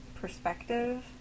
perspective